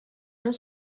non